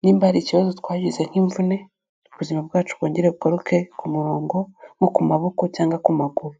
nimba hari ikibazo twagize nk'imvune, ubuzima bwacu bwongere bugaruke ku murongo nko ku maboko cyangwa ku maguru.